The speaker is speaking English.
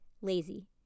lazy